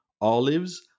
Olives